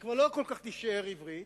שכבר לא כל כך תישאר עברית,